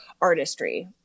artistry